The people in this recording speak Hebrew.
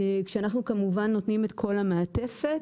כשאנחנו כמובן נותנים את כל המעטפת.